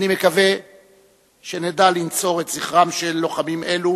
אני מקווה שנדע לנצור את זכרם של לוחמים אלו